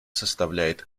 составляет